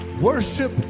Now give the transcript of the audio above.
worship